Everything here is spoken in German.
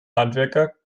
handwerker